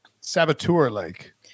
saboteur-like